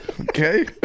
Okay